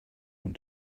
want